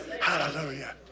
Hallelujah